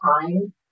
time